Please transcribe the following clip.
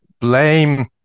blame